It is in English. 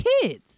kids